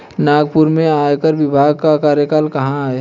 नागपुर में आयकर विभाग का कार्यालय कहाँ है?